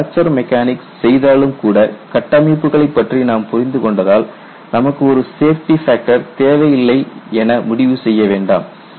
நாம் fracture mechanics செய்தாலும் கூட கட்டமைப்புகளைப் பற்றி நாம் புரிந்து கொண்டதால் நமக்கு ஒரு சேஃப்டி ஃபேக்டர் தேவை இல்லை என முடிவு செய்ய வேண்டாம்